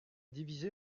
divisée